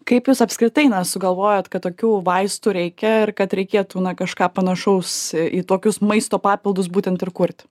kaip jūs apskritai na sugalvojot kad tokių vaistų reikia ir kad reikėtų na kažką panašaus į tokius maisto papildus būtent ir kurti